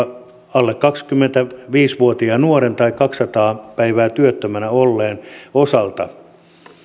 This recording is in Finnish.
alle kaksikymmentäviisi vuotiaan nuoren tai kaksisataa päivää työttömänä olleen osalta